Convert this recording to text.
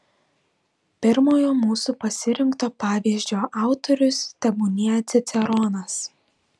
pirmojo mūsų pasirinkto pavyzdžio autorius tebūnie ciceronas